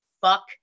fuck